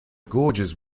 gorges